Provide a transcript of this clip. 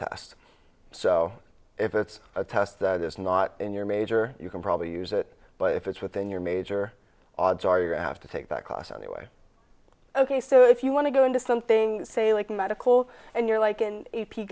test so if it's a test that is not in your major you can probably use it but if it's within your major odds are your have to take that cost anyway ok so if you want to go into something say like medical and you're like in